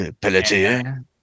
Pelletier